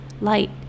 light